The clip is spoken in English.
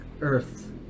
Earth